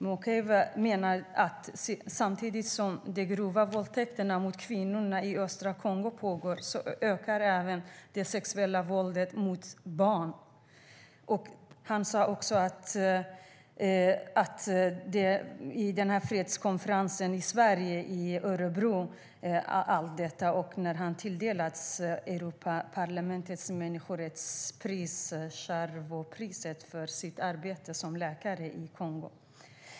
Mukwege menar att samtidigt som de grova våldtäkterna mot kvinnor i östra Kongo pågår så ökar även det sexuella våldet mot barn. Han sade detta också under fredskonferensen i Sverige, i Örebro, och när han tilldelades Europaparlamentets människorättspris Sacharovpriset för sitt arbete som läkare i Kongo.